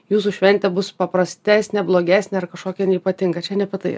jūsų šventė bus paprastesnė blogesnė ar kažkokia ypatinga čia ne tai